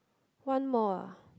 one more ah